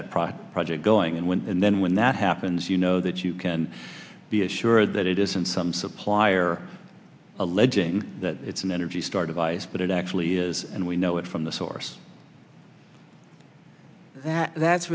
that process project going and when and then when that happens you know that you can be assured that it isn't some supplier alleging that it's an energy star device but it actually is and we know it from the source that